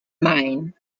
mine